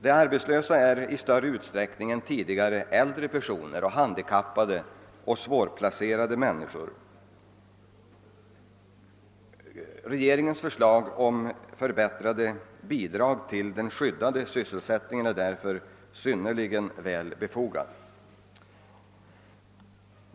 De arbetslösa är i större utsträckning än tidigare äldre, handikappade och svårplacerade personer. Regeringens förslag om förbättrade bidrag till den skyddade sysselsättningen är därför synnerligen väl befogat.